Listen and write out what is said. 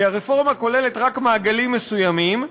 כי הרפורמה כוללת רק מעגלים מסוימים,